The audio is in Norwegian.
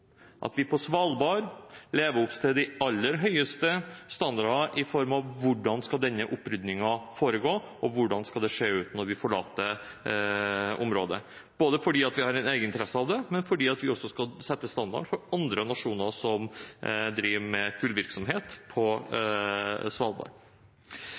at vi på Svalbard lever opp til de aller høyeste standarder med tanke på hvordan denne oppryddingen skal foregå, og hvordan det skal se ut når vi forlater området, både fordi vi har en egeninteresse i det, og fordi vi skal sette standard for andre nasjoner som driver med kullvirksomhet på